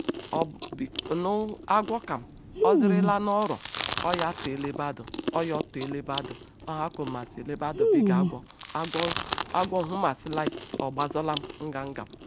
Obu b nu agwo kam zirila nu oro oya tah ele badu oya tu elebadu ohakwo masi elebadu biga agwo agwo agwo nhumasliai agbazorlam ngamngam